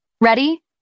Ready